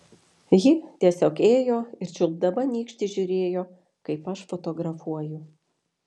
ji tiesiog įėjo ir čiulpdama nykštį žiūrėjo kaip aš fotografuoju